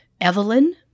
Evelyn